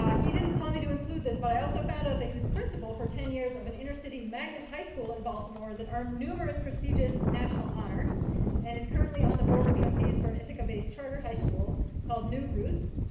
um he didn't tell me to include this, but i also found out that he was principal for ten years of an inner city magnet high school in baltimore, that arm numerous prestigious national honors and is currently on the board of trustees for an ithica based charter high school called new routes.